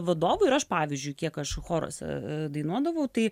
vadovų ir aš pavyzdžiui kiek aš choruose dainuodavau tai